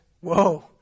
whoa